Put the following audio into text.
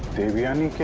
devyani